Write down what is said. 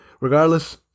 Regardless